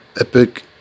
Epic